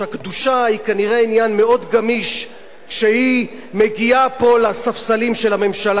היא כנראה עניין מאוד גמיש כשהיא מגיעה פה לספסלים של הממשלה הזאת.